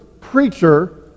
preacher